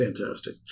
fantastic